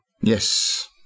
Yes